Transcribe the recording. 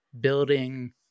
building